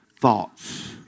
thoughts